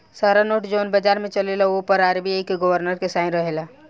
सारा नोट जवन बाजार में चलेला ओ पर आर.बी.आई के गवर्नर के साइन रहेला